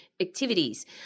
activities